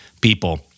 people